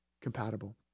compatible